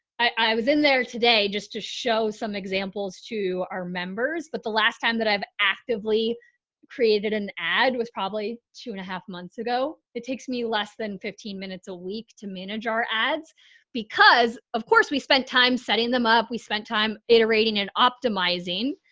i was in there today just to show some examples to our members, but the last time that i've actively created an ad was probably two and a half months ago. it takes me less than fifteen minutes a week to manage our ads because of course we spent time setting them up. we spent time iterating and optimizing.